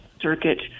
Circuit